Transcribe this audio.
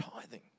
tithing